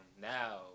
now